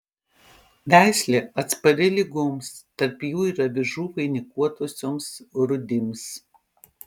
veislė atspari ligoms tarp jų ir avižų vainikuotosioms rūdims